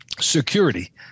security